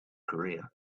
career